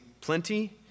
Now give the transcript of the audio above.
plenty